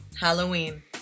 Halloween